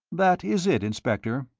that is it, inspector,